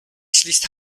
schließt